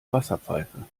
wasserpfeife